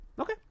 Okay